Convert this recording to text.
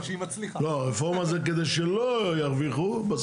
לא, הרפורמה זה כדי שלא ירוויחו.